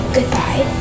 Goodbye